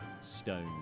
stone